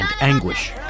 anguish